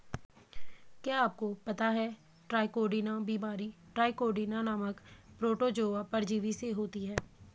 क्या आपको पता है ट्राइकोडीना बीमारी ट्राइकोडीना नामक प्रोटोजोआ परजीवी से होती है?